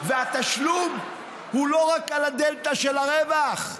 והתשלום הוא לא רק על הדלתא של הרווח,